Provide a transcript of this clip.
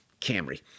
Camry